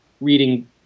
reading